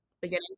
beginning